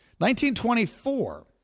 1924